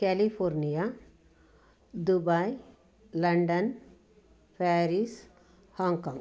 California Dubai London Paris Hong Kong